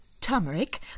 Turmeric